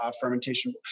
fermentation